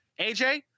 aj